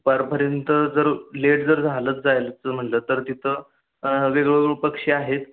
बारापर्यंत जर लेट जर झालंच जायलाच म्हटलं तर तिथं वेगवेगळे पक्षी आहेत